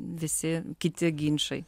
visi kiti ginčai